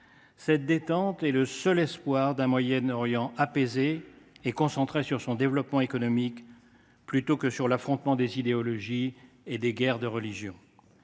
Cette détente est le seul espoir d’un Moyen Orient apaisé et concentré sur son développement économique plutôt que sur l’affrontement des idéologies et les guerres de religion.